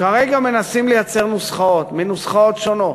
כרגע מנסים לייצר נוסחאות מנוסחאות שונות.